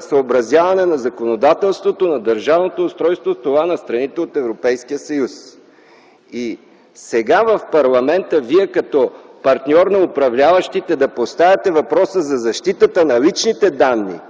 съобразяване на законодателството, на държавното устройство с това на страните от Европейския съюз! Сега в парламента вие, като партньор на управляващите, да поставяте въпроса за защитата на личните данни